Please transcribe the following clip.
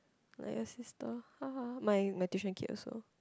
like your sister my my tuition kid also